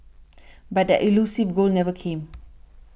but that elusive goal never came